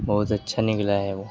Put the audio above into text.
بہت اچھا نکلا ہے وہ